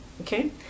Okay